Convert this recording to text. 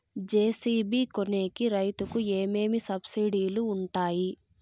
JCB కొనేకి రైతుకు ఏమేమి సబ్సిడి లు వుంటాయి?